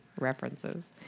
references